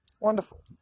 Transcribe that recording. wonderful